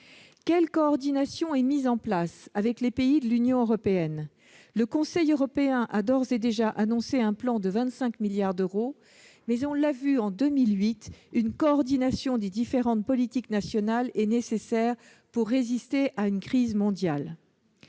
Quelle coordination est mise en place avec les autres pays de l'Union européenne ? Le Conseil européen a d'ores et déjà annoncé un plan de 25 milliards d'euros, mais, on l'a vu en 2008, une coordination des différentes politiques nationales est nécessaire pour résister à une crise mondiale.